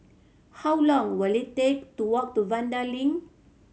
how long will it take to walk to Vanda Link